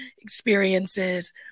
experiences